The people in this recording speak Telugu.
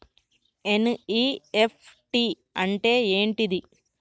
ఎన్.ఇ.ఎఫ్.టి అంటే ఏంటిది?